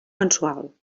mensual